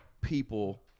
people